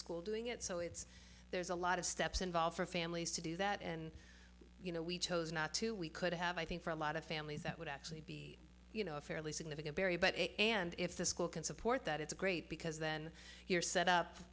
school doing it so it's there's a lot of steps involved for families to do that and you know we chose not to we could have i think for a lot of families that would actually be you know a fairly significant area but and if the school can support that it's great because then you're set up